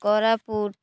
Koraput